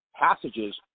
passages